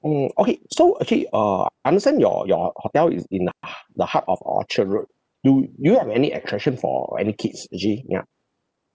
mm okay so actually uh I understand your your hotel is in the h~ the heart of orchard road do you do you have any attraction for any kids actually ya